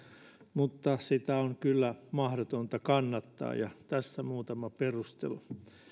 mutta sitä on kyllä mahdotonta kannattaa ja tässä muutama perustelu